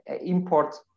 import